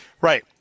Right